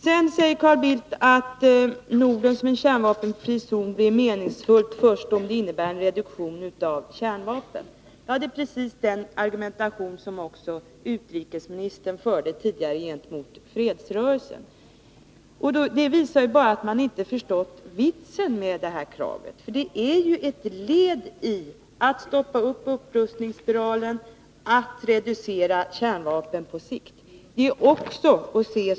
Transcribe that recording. Vidare säger Carl Bildt att kravet på att Norden skall vara en kärnvapenfri zon blir meningsfullt först om det innebär en reduktion av kärnvapenarsenalen. Ja, det är precis samma argumentation som den utrikesministern tidigare använde gentemot fredsrörelsen. Det visar ju bara att man inte förstått vitsen med det kravet. Det är ju ett led i strävandena att stoppa upprustningen, att reducera kärnvapenarsenalen på sikt.